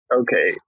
okay